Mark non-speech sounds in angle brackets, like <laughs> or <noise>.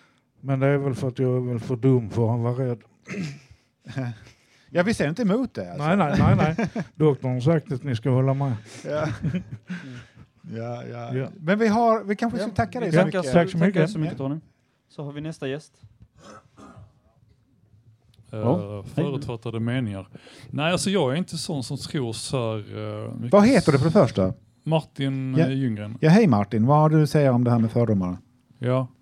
Men det är väl för att jag är väl för dum för att vara rädd. <clears throat> Ja, vi ser inte emot det, alltså. Nej, nej, nej, nej. <laughs> Doktorn har sagt att ni ska hålla med. Ja. <laughs> Mm. Ja, ja. Ja. Men vi har- vi kanske ska Ja. tacka dig Vi så tackar mycket. så- Tack så tackar mycket. så mycket, Tony. Så har vi nästa gäst. Ja, Eh, hej. förutfattade meningar. Nej, alltså, jag är inte sån som tror så här, eh, mycket- Vad heter du för det första? Martin, eh, Ja- Ljunggren. Ja, hej Martin. Vad har du att säga om det här med fördomar? Ja.